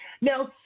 now